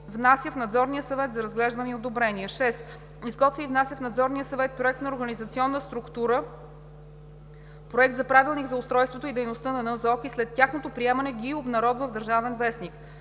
внася в Надзорния съвет за разглеждане и одобрение;“. „6. изготвя и внася в Надзорния съвет проект на организационна структура, проект за Правилник за устройството и дейността на НЗОК и след тяхното приемане ги обнародва в „Държавен вестник“;“